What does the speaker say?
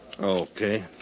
Okay